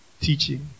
teaching